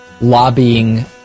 lobbying